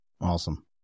Awesome